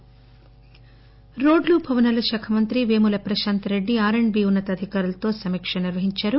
పేముల రోడ్లు భవనాల శాఖ మంత్రి Vemula Prashanth Reddy R and B ఉన్న తాధికారులతో సమీక నిర్వహించారు